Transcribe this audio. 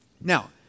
Now